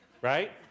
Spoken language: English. right